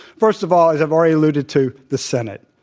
first of all, as i've already alluded to the senate.